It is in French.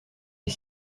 est